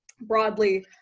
broadly